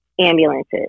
ambulances